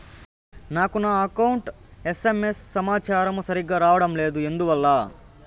నాకు నా account SMS సమాచారము సరిగ్గా రావడం లేదు ఎందువల్ల?